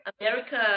America